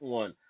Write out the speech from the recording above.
one